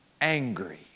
angry